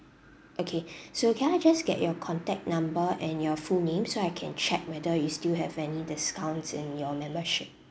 okay so can I just get your contact number and your full name so I can check whether you still have any discounts in your membership